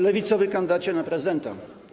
Lewicowy Kandydacie na Prezydenta!